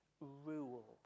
rule